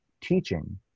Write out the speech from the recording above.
teaching